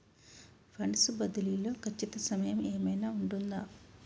Funds బదిలీ లో ఖచ్చిత సమయం ఏమైనా ఉంటుందా?